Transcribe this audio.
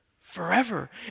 forever